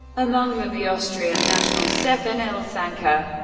among them the austrian national stefan ilsanker.